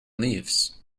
leaves